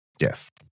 Yes